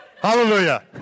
Hallelujah